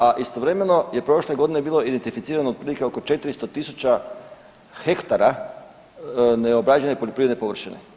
A istovremeno je prošle godine bilo identificirano otprilike oko 400 tisuća hektara neobrađene poljoprivredne površine.